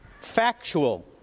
Factual